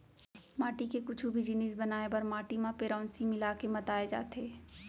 माटी के कुछु भी जिनिस बनाए बर माटी म पेरौंसी मिला के मताए जाथे